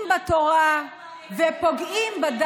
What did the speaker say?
את מדברת על להפוך את הפוליטיקה לקטנה?